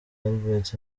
albert